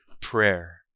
prayer